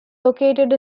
located